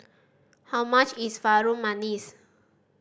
how much is Harum Manis